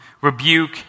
rebuke